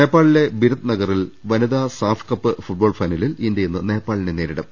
നേപ്പാളിലെ ബിരത് നഗറിൽ വനിത സാഫ് കപ്പ് ഫുട്ബോൾ ഫൈനലിൽ ഇന്ത്യ ഇന്ന് നേപ്പാളിനെ നേരിടും